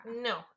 No